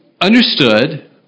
understood